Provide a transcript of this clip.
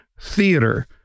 theater